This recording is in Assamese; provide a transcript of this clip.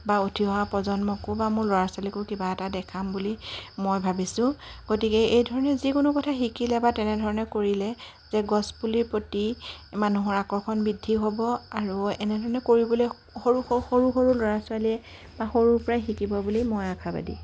বা উঠি অহা প্ৰজন্মকো বা মোৰ ল'ৰা ছোৱালীকো কিবা এটা দেখাম বুলি মই ভাবিছোঁ গতিকে এই ধৰণে যিকোনো কথা শিকিলে বা তেনেধৰণে কৰিলে যে গছ পুলি প্ৰতি মানুহৰ আকৰ্ষণ বৃদ্ধি হ'ব আৰু এনেধৰণে কৰিবলৈ সৰু সৰু সৰু সৰু ল'ৰা ছোৱালীয়ে বা সৰু পৰা শিকিব বুলি মই আশাবাদী